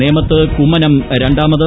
നേമത്ത് കുമ്മനം രണ്ടാമത്